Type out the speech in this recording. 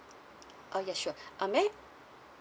okay sure um may